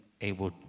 able